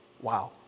Wow